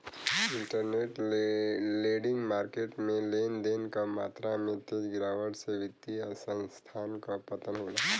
interbank lending market में लेन देन क मात्रा में तेज गिरावट से वित्तीय संस्थान क पतन होला